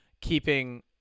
keeping –